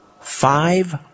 five